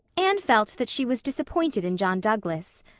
anne felt that she was disappointed in john douglas.